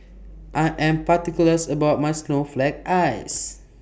I Am particulars about My Snowflake Ice